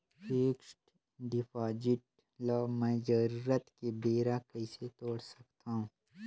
Fixed deposit ल मैं जरूरत के बेरा कइसे तोड़ सकथव?